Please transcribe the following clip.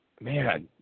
man